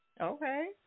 Okay